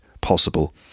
possible